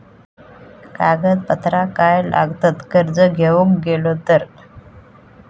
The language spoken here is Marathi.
कागदपत्रा काय लागतत कर्ज घेऊक गेलो तर?